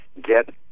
get